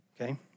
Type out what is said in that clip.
Okay